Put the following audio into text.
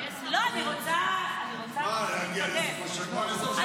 את רוצה כבר להגיע לראש השנה?